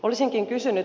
olisinkin kysynyt